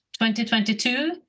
2022